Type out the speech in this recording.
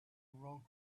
wrote